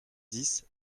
dix